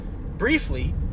...briefly